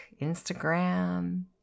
Instagram